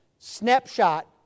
snapshot